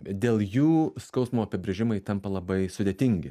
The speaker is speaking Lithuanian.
dėl jų skausmo apibrėžimai tampa labai sudėtingi